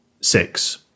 six